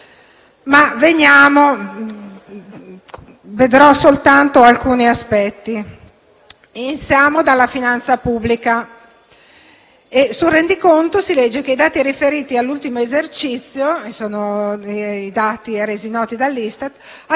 soffermerò soltanto su alcuni aspetti, iniziando dalla finanza pubblica. Sul rendiconto si legge che i dati riferiti all'ultimo esercizio, e resi noti dall'ISTAT,